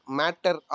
matter